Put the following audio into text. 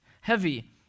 heavy